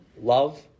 love